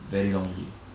very long already